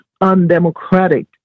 undemocratic